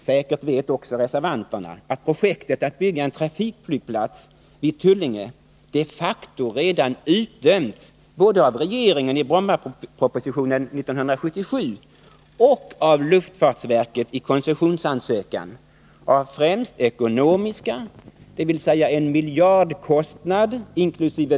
Säkert vet också reservanterna att projektet att bygga en trafikflygplats vid Tullinge de facto redan utdömts både av regeringen i Brommapropositionen 1977 och av luftfartsverket i koncessionsansökan av främst ekonomiska, dvs, en miljardkostnad inkl.